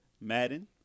Madden